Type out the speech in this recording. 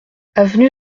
avenue